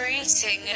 eating